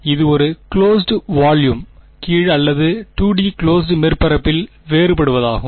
இது ஒரு closed volume கீழ் அல்லது 2 டி குளோஸ்ட் மேற்பரப்பில் வேறுபடுவதாகும்